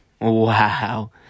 Wow